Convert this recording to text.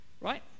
right